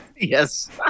Yes